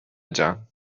جان